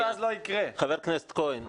חבר הכנסת כהן,